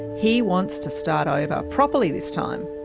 he wants to start over, properly this time.